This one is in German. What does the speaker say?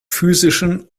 physischen